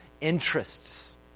interests